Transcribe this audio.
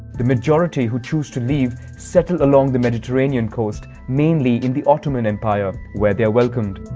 the majority, who choose to leave, settle along the mediterranean coast, mainly in the ottoman empire, where they are welcomed.